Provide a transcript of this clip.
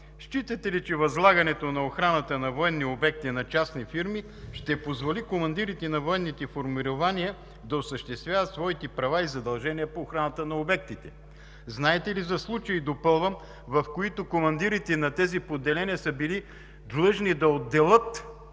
считате ли, че възлагането на охраната на военни обекти на частни фирми ще позволи командирите на военните формирования да осъществяват своите права и задължения по охраната на обектите? Допълвам: знаете ли за случаи, в които командирите на тези поделения са били длъжни да отделят